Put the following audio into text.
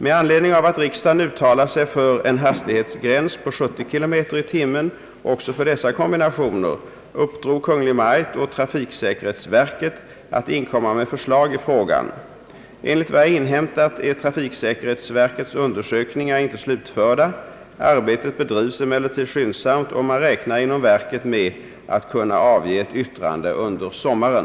Med anledning av att riksdagen uttalade sig för en hastighetsgräns på 70 km/tim. också för dessa kombinationer uppdrog Kungl. Maj:t åt trafiksäkerhetsverket att inkomma med förslag i frågan. Enligt vad jag inhämtat är trafiksäkerhetsverkets undersökningar inte slutförda. Arbetet bedrivs emellertid skyndsamt och man räknar inom verket med att kunna avge ett yttrande under sommaren.